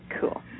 Cool